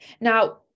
Now